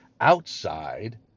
outside